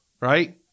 Right